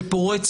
שפורץ,